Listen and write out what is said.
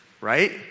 right